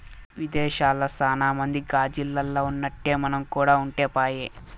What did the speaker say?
విదేశాల్ల సాన మంది గాజిల్లల్ల ఉన్నట్టే మనం కూడా ఉంటే పాయె